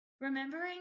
remembering